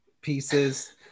pieces